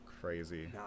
crazy